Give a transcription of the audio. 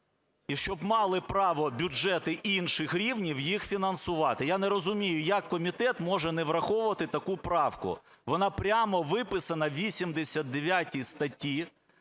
і щоб мали право бюджети інших рівнів їх фінансувати. Я не розумію, як комітет може не враховувати таку правку, вона прямо виписана у 89 статті.